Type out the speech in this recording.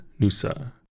Nusa